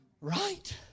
right